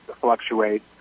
fluctuate